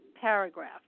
paragraph